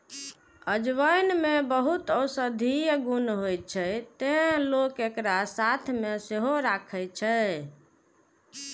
अजवाइन मे बहुत औषधीय गुण होइ छै, तें लोक एकरा साथ मे सेहो राखै छै